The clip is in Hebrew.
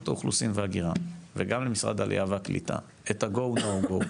האוכלוסין וההגירה וגם למשרד העלייה והקליטה את ה-"go/no go",